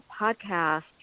podcast